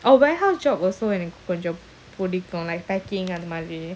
or warehouse job also எனக்குகொஞ்சம்பிடிக்கும்:enaku konjam pidikum like packing அந்தமாதிரி:andha madhiri